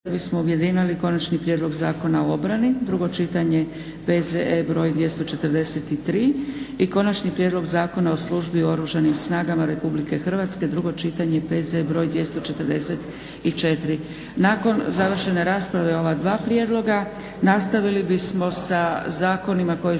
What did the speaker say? bismo objedinili: - Konačni prijedlog Zakona o obrani, drugo čitanje, P.Z. br. 243; - Konačni prijedlog Zakona o službi u Oružanim snagama Republike Hrvatske, drugo čitanje, P.Z. br. 244; Nakon završene rasprave o ova dva prijedloga nastavili bismo sa zakonima koji se